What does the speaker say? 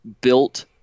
built